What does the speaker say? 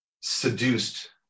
seduced